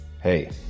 Hey